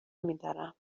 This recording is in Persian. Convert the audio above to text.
میدارم